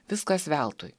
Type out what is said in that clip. viskas veltui